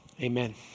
Amen